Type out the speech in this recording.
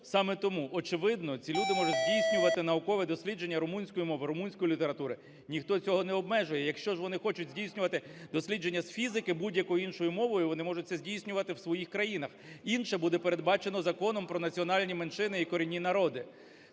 саме тому, очевидно, ці люди можуть здійснювати наукове дослідження румунської мови, румунської літератури, ніхто цього не обмежує. Якщо ж вони хочуть здійснювати дослідження з фізики будь-якою іншою мовою, вони можуть це здійснювати в своїх країнах. Інше буде передбачено Законом про національні меншини і корінні народи.